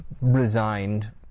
resigned